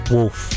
Wolf